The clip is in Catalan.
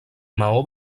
maó